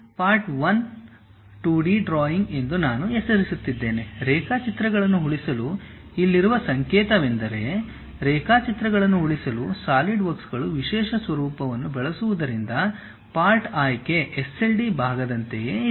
part 1 2D drawing ಎಂದು ನಾನು ಹೆಸರಿಸುತ್ತಿದ್ದೇನೆ ರೇಖಾಚಿತ್ರಗಳನ್ನು ಉಳಿಸಲು ಇಲ್ಲಿರುವ ಸಂಕೇತವೆಂದರೆ ರೇಖಾಚಿತ್ರಗಳನ್ನು ಉಳಿಸಲು ಸಾಲಿಡ್ವರ್ಕ್ಗಳು ವಿಶೇಷ ಸ್ವರೂಪವನ್ನು ಬಳಸುವುದರಿಂದ ಪಾರ್ಟ್ ಆಯ್ಕೆ sld ಭಾಗದಂತೆಯೇ ಇದೆ